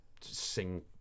sing